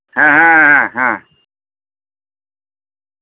ᱦᱮᱸ ᱦᱮᱸ ᱦᱮᱸ